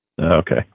Okay